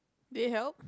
they help